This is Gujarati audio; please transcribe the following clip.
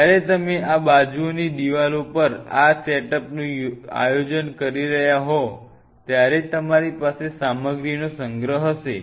જ્યારે તમે આ બાજુઓની દિવાલો પર આ સેટઅપનું આયોજન કરી રહ્યા હોવ ત્યારે તમારી પાસે સામગ્રીનો સંગ્રહ હશે